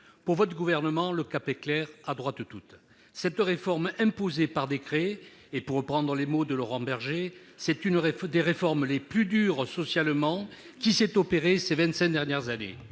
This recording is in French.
Pour ce gouvernement, le cap est clair : à droite toute ! Cette réforme, imposée par décret, est, pour reprendre les mots de Laurent Berger, « une des réformes les plus dures socialement qui s'est opérée ces vingt-cinq dernières années